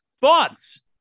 thoughts